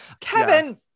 kevin